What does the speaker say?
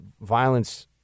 Violence